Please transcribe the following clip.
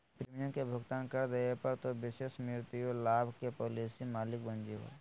premium के भुगतान कर देवे पर, तू विशेष मृत्यु लाभ के पॉलिसी मालिक बन जैभो